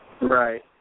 Right